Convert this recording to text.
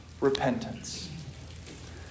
repentance